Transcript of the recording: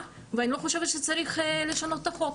ואני לא חושבת שצריך לשנות את החוק,